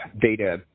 data